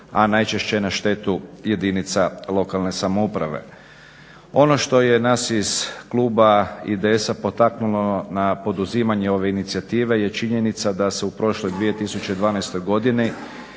a najčešće na štetu jedinica lokalne samouprave. Ono što je nas iz kluba IDS-a potaknulo na poduzimanje ove inicijative je činjenica da se u prošloj 2012. godini